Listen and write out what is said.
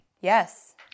Yes